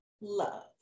love